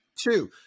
Two